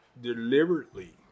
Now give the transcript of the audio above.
deliberately